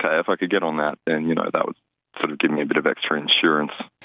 ah if i could get on that, then you know that would sort of give me a bit of extra insurance.